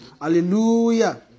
Hallelujah